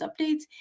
Updates